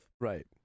right